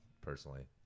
personally